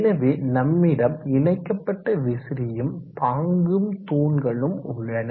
எனவே நம்மிடம் இணைக்கப்பட்ட விசிறியும் தாங்கும் தூண்களும் உள்ளன